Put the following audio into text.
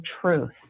truth